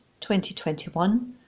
2021